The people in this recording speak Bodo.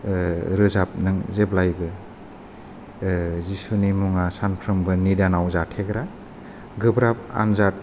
रोजाब नों जेब्लायबो जिसुनि मुङा सानफ्रामबोनि निदानाव जाथेग्रा गोब्राब आनजाद